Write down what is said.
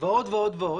ועוד ועוד.